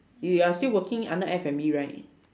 you are still working under F&B right